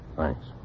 Thanks